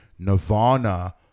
Nirvana